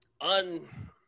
un